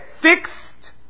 fixed